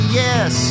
yes